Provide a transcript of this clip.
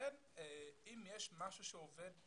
לכן אם יש משהו שעובד,